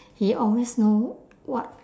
he always know what